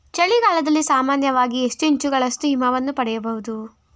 ಚಳಿಗಾಲದಲ್ಲಿ ಸಾಮಾನ್ಯವಾಗಿ ಎಷ್ಟು ಇಂಚುಗಳಷ್ಟು ಹಿಮವನ್ನು ಪಡೆಯಬಹುದು?